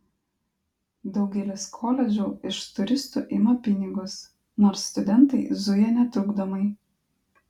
daugelis koledžų iš turistų ima pinigus nors studentai zuja netrukdomai